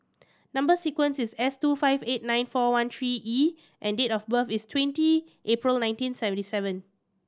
number sequence is S two five eight nine four one three E and date of birth is twenty April nineteen seventy seven